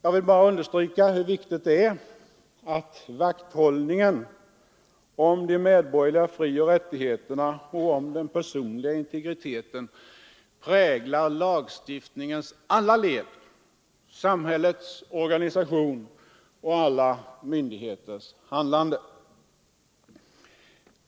Jag vill bara understryka hur viktigt det är att vakthållningen om de medborgerliga frioch rättigheterna och om den personliga integriteten präglar lagstiftningens alla led, samhällets organisation och alla myndigheters handlande.